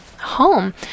home